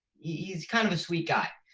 he's kind of a sweet guy.